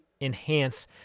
enhance